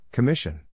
Commission